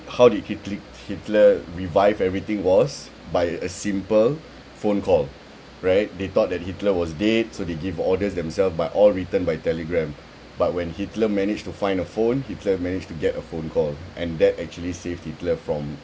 how did hitl~ hitler revive everything was by a simple phone call right they thought that hitler was dead so they give orders themselves by all written by telegram but when hitler managed to find a phone hitler managed to get a phone call and that actually saved hitler from